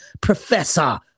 professor